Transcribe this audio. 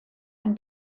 ein